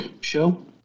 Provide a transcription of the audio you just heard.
show